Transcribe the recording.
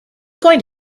going